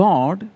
God